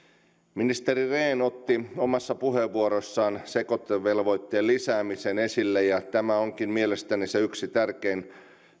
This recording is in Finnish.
ministeri rehn otti omassa puheenvuorossaan sekoitevelvoitteen lisäämisen esille ja tämä onkin mielestäni yksi tärkeimmistä